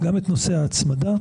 גם את נושא ההצמדה,